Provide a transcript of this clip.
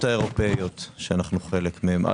האירופאיות שאנו חלק מהן.